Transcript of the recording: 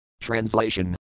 Translation